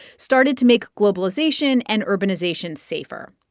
started to make globalization and urbanization safer.